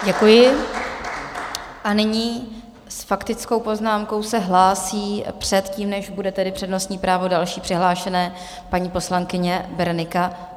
Děkuji a nyní s faktickou poznámkou se hlásí, předtím než bude tedy přednostní právo další přihlášené, paní poslankyně Berenika Peštová.